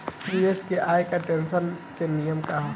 निवेश के आय पर टेक्सेशन के नियम का ह?